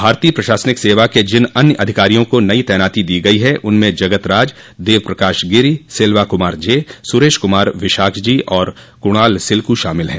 भारतीय प्रशासनिक सेवा के जिन अन्य अधिकारियों को नयी तैनाती दी गयी है उनमें जगतराज देवप्रकाश गिरि सेल्वा कुमार जे सुरेश कुमार विशाख जी और कुणाल सिल्कू शामिल हैं